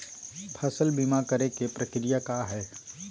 फसल बीमा करे के प्रक्रिया का हई?